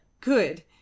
Good